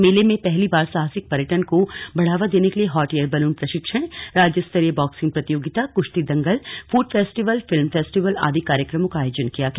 मेले में पहली बार साहसिक पर्यटन को बढ़ावा देने के लिए हॉट एयर बैलून प्रशिक्षण राज्य स्तरीय बाक्सिंग प्रतियोगिता कृश्ती दंगल फूड फेस्टिवल फिल्म फेस्टिवल आदि कार्यक्रमो का आयोजन किया गया